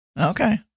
Okay